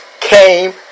came